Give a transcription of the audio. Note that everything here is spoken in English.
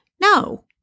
No